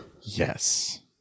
Yes